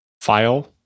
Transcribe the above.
file